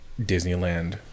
Disneyland